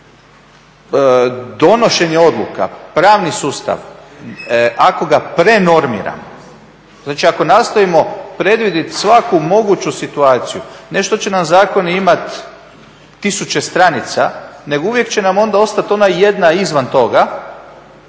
donošenje odluka, pravni sustav ako ga prenormiramo, znači ako nastojimo predvidjeti svaku moguću situaciju, ne što će nam zakoni imati tisuće stranica nego uvijek će nam onda ostati ona jedna izvan toga